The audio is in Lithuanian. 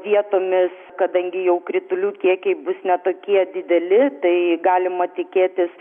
vietomis kadangi jau kritulių kiekiai bus ne tokie dideli tai galima tikėtis